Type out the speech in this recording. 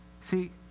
see